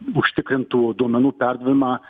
užtikrintų duomenų perdavimą